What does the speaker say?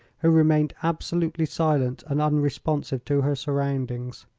who remained absolutely silent and unresponsive to her surroundings.